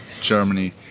Germany